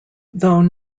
though